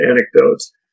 Anecdotes